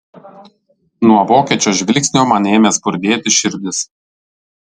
nuo vokiečio žvilgsnio man ėmė spurdėti širdis